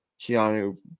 Keanu